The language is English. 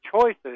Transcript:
choices